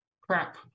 crap